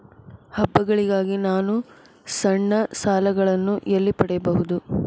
ಹಬ್ಬಗಳಿಗಾಗಿ ನಾನು ಸಣ್ಣ ಸಾಲಗಳನ್ನು ಎಲ್ಲಿ ಪಡೆಯಬಹುದು?